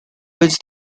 which